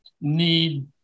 need